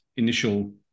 initial